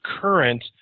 current